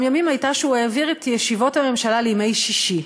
ימים הייתה שהוא העביר את ישיבות הממשלה לימי שישי.